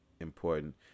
important